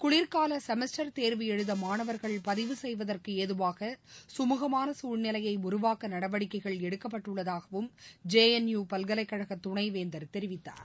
குளிர்காலசெமஸ்டர் தேர்வு எழுதமாணவர்கள் செய்வதற்குஏதுவாக கமுகமானசூழ்நிலையைஉருவாக்கநடவடிக்கைகள் எடுக்கப்பட்டுள்ளதாகவும் ஜேஎன்யூ பல்கலைக்கழகத் துணைவேந்தர் தெரிவித்தார்